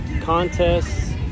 contests